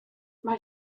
mae